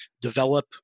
develop